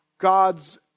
God's